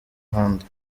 ahandi